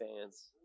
fans